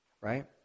right